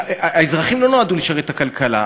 האזרחים לא נועדו לשרת את הכלכלה,